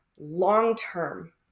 long-term